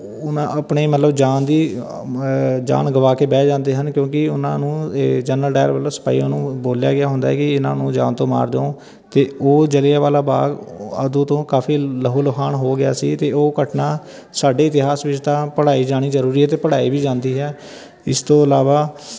ਉਨ੍ਹਾਂ ਆਪਣੇ ਮਤਲਬ ਜਾਨ ਦੀ ਜਾਨ ਗਵਾ ਕੇ ਬਹਿ ਜਾਂਦੇ ਹਨ ਕਿਉਂਕਿ ਉਹਨਾਂ ਨੂੰ ਜਨਰਲ ਡਾਇਰ ਵੱਲੋਂ ਸਿਪਾਹੀਆਂ ਨੂੰ ਬੋਲਿਆ ਗਿਆ ਹੁੰਦਾ ਕਿ ਇਹਨਾਂ ਨੂੰ ਜਾਨ ਤੋਂ ਮਾਰ ਦਿਉ ਅਤੇ ਉਹ ਜਲਿਆਂਵਾਲਾ ਬਾਗ ਉਦੋਂ ਤੋਂ ਕਾਫੀ ਲਹੂ ਲੁਹਾਣ ਹੋ ਗਿਆ ਸੀ ਅਤੇ ਉਹ ਘਟਨਾ ਸਾਡੇ ਇਤਿਹਾਸ ਵਿੱਚ ਤਾਂ ਪੜ੍ਹਾਈ ਜਾਣੀ ਜ਼ਰੂਰੀ ਹੈ ਅਤੇ ਪੜ੍ਹਾਈ ਵੀ ਜਾਂਦੀ ਹੈ ਇਸ ਤੋਂ ਇਲਾਵਾ